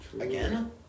Again